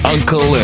Uncle